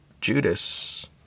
Judas